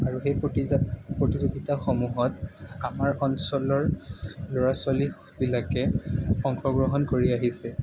আৰু সেই প্ৰতিযা প্ৰতিযোগিতাসমূহত আমাৰ অঞ্চলৰ ল'ৰা ছোৱালীবিলাকে অংশগ্ৰহণ কৰি আহিছে